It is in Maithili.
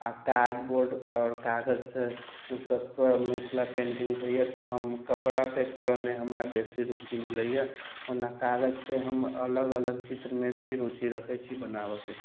आ कार्ड बोर्ड आओर कागजसभ सभपर मिथिला पेंटिंग होइए तऽ हम कपड़ापर करयमे हमरा बेसी रुचि मिलैए ओना कागजपर हम अलग अलग चित्रमे भी रुचि रखै छी बनाबयके